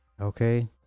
Okay